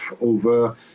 over